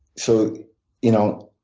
so you know,